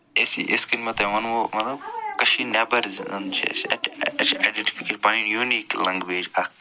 اِسی یِتھ کٔنۍ مےٚ تۄہہِ ونمو مطلب کٲشیٖرِ نٮ۪بر زن چھِ أسۍ اَتہِ اَسہِ چھِ اٮ۪ڈٮ۪نٛٹِفِکیشن پنٕںۍ یوٗنیٖک لنٛگویج اکھ